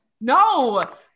no